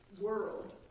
world